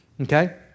okay